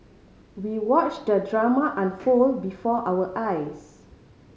we watched the drama unfold before our eyes